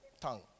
tongue